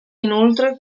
inoltre